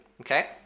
Okay